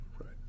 Right